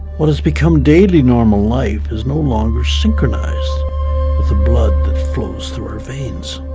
what has become daily normal life, is no longer synchronized with the blood that flows through our veins.